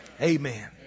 Amen